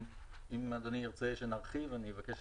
אם אדוני ירצה שנרחיב, אני אבקש